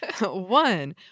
One